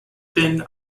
been